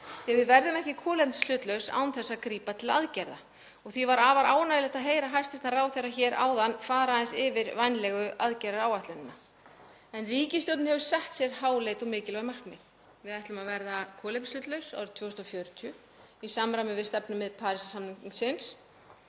Við verðum ekki kolefnishlutlaus án þess að grípa til aðgerða og því var afar ánægjulegt að heyra hæstv. ráðherra hér áðan fara aðeins yfir vænlegu aðgerðaáætlunina. Ríkisstjórnin hefur sett sér háleit og mikilvæg markmið. Við ætlum að verða kolefnishlutlaus árið 2040 í samræmi við stefnumið Parísarsamningsins.